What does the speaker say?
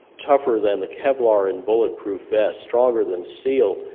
tougher than the kevlar in bulletproof vests, stronger than steel.